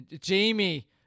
Jamie